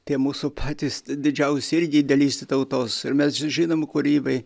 tie mūsų patys didžiausi irgi idealistai tautos ir mes žinom kūrybai